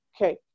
okay